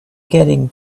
getting